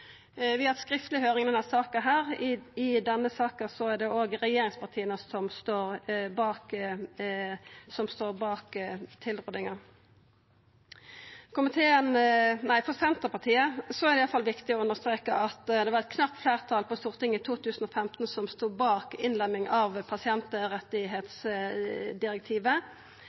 Vi har hatt skriftleg høyring i denne saka. I denne saka er det òg regjeringspartia som står bak tilrådinga. For Senterpartiet er det iallfall viktig å understreka at det var eit knapt fleirtal på Stortinget i 2015 som stod bak innlemming av